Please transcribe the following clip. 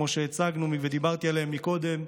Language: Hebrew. כמו שהצגנו ודיברתי עליה מקודם.